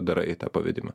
darai tą pavedimą